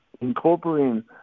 incorporating